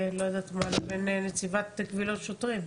שונות לבין נציבת קבילות שוטרים.